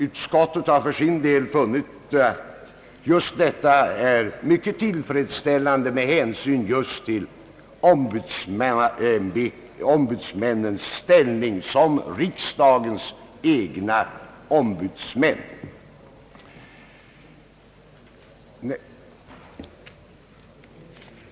Utskottet har för sin del funnit att detta är tillfredsställande med hänsyn till deras ställning som riksdagens egna ombudsmän.